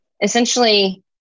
essentially